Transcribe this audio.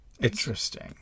interesting